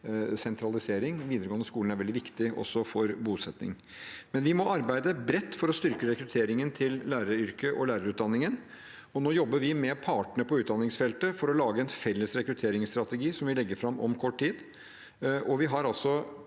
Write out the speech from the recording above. sentralisering. Den videregående skolen er veldig viktig også for bosetning. Vi må arbeide bredt for å styrke rekrutteringen til læreryrket og lærerutdanningen. Nå jobber vi med partene på utdanningsfeltet for å lage en felles rekrutteringsstrategi, som vi legger fram om kort tid. For å